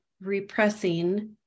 repressing